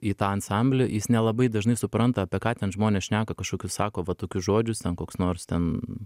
į tą ansamblį jis nelabai dažnai supranta apie ką ten žmonės šneka kažkokius sako va tokius žodžius ten koks nors ten